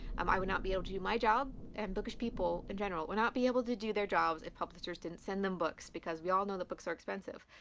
um i would not be able to do my job, and bookish people in general, would not be able to do their jobs if publishers didn't send them books. because we all know that books are expensive.